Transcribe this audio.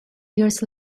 years